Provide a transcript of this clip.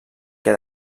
què